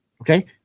Okay